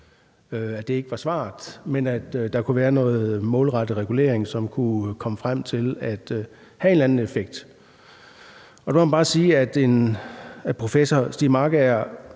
at det ikke var svaret, men at der kunne være noget målrettet regulering, som man kunne komme frem til ville have en eller anden effekt. Der må man bare sige, at professor Stiig Markager